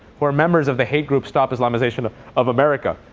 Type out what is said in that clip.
who are members of the hate group stop islamization of of america.